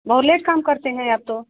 बहुत लेट काम करते है आप तो